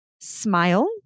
smile